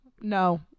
No